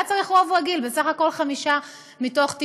היה צריך רוב רגיל, בסך הכול חמישה מתוך תשעה.